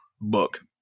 book